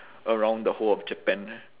around the whole of japan